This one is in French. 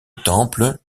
temple